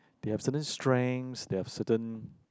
they have certain strengths they have certain